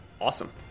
Awesome